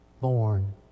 born